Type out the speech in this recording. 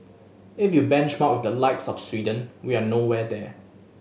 if you benchmark with the likes of Sweden we're nowhere there